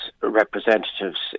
representatives